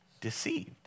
Deceived